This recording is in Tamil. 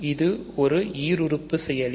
இது ஒரு ஈருறுப்பு செயலி